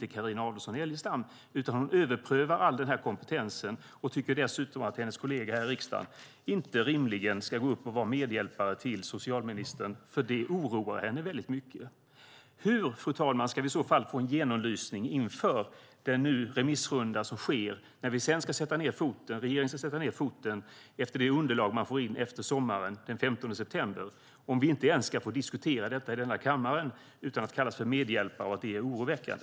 Men Carina Adolfsson Elgestam tycker inte det, utan hon överprövar all denna kompetens och tycker dessutom att hennes kollega här i riksdagen inte ska gå upp och vara medhjälpare till socialministern, för det oroar henne väldigt mycket. Regeringen ska sätta ned foten efter det underlag man får in efter sommaren, den 15 september. Hur, fru talman, ska vi i så fall få en genomlysning inför den remissrunda som nu sker om vi inte ens ska få diskutera det här i kammaren utan att kallas för medhjälpare och att det är oroväckande?